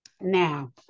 Now